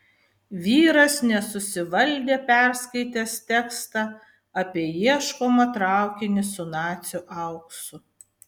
vyras nesusivaldė perskaitęs tekstą apie ieškomą traukinį su nacių auksu